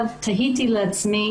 תהיתי לעצמי